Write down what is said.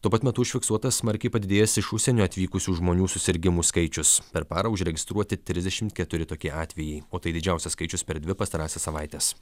tuo pat metu užfiksuotas smarkiai padidėjęs iš užsienio atvykusių žmonių susirgimų skaičius per parą užregistruoti trisdešimt keturi tokie atvejai o tai didžiausias skaičius per dvi pastarąsias savaites